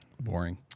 Boring